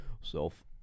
self